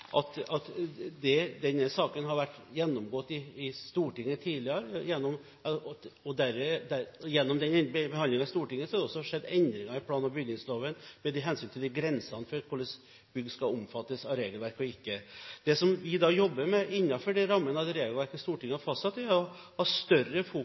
denne saken har vært gjennomgått i Stortinget tidligere. Gjennom behandlingen i Stortinget har det skjedd endringer i plan- og bygningsloven med hensyn til grensene for hvordan bygg skal omfattes av regelverket eller ikke. Det vi jobber med innenfor rammene av det regelverket som Stortinget har fastsatt, er å ha større fokus